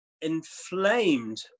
inflamed